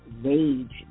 rage